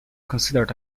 considered